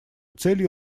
целью